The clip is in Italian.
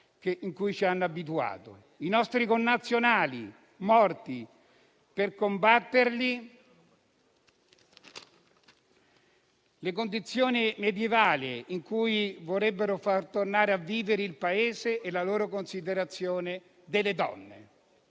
a cui ci hanno abituato, i nostri connazionali morti per combatterli, le condizioni medievali in cui vorrebbero far tornare a vivere il Paese e la loro considerazione delle donne.